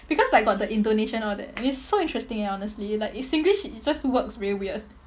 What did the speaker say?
because like got the intonation all that it's so interesting eh honestly like it's singlish it just works very weird